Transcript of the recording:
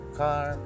car